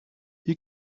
you